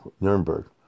Nuremberg